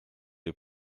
les